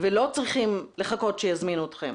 ולא צריכים לחכות שיזמינו אתכם.